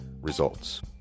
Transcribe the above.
Results